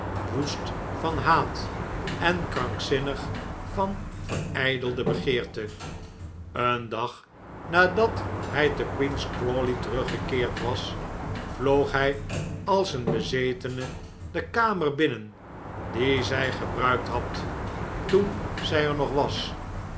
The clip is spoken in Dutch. woest van haat en krankzinnig van verijdelde begeerte een dag nadat hij te queen's crawley teruggekeerd was vloog hij als een bezetene de kamer binnen die zij gebruikt had toen zij er nog was